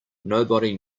nobody